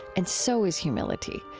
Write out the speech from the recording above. and so is humility,